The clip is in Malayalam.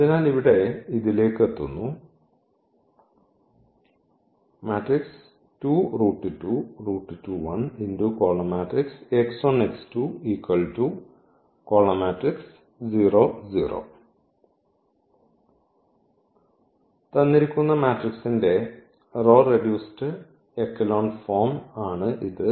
അതിനാൽ ഇവിടെ ഇതിലേക്ക് എത്തുന്നു അതിനാൽ തന്നിരിക്കുന്ന മാട്രിക്സിന്റെ റോ റെഡ്യൂസ്ഡ് എക്കെലോൺ ഫോം ആണ് ഇത്